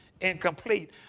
incomplete